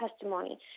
testimony